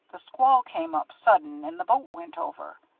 the squall came up sudden, an' the boat went over.